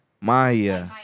Maya